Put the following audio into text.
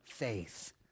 faith